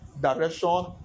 direction